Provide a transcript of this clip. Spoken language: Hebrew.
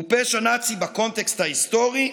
הוא פשע נאצי בקונטקסט ההיסטורי,